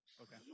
okay